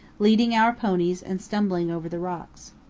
leading our ponies and stumbling over the rocks.